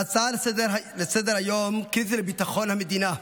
ההצעה לסדר-היום קריטית לביטחון המדינה.